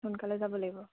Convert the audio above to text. সোনকালে যাব লাগিব